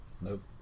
Nope